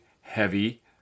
heavy